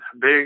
big